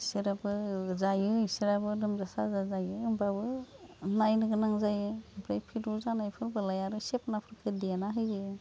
बिसोराबो जायो इसोराबो लोमजा साजा जायो होमबाबो नायनो गोनां जायो ओमफ्राय फेद' जानायफोरबालाय सेपनाफोरखो देना होयो